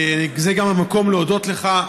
זה גם המקום להודות לך.